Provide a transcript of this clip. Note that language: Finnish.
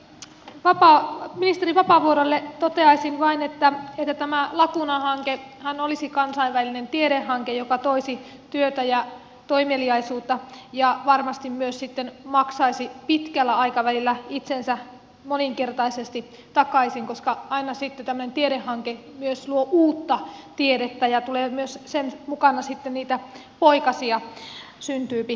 ministeri vapaavuorelle toteaisin vain että tämä laguna hankehan olisi kansainvälinen tiedehanke joka toisi työtä ja toimeliaisuutta ja varmasti myös maksaisi pitkällä aikavälillä itsensä moninkertaisesti takaisin koska aina tällainen tiedehanke myös luo uutta tiedettä ja myös sen mukana sitten niitä poikasia syntyy